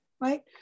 Right